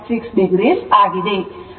6 ಆಗಿದೆ